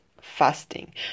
fasting